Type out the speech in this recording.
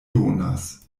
donas